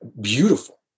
beautiful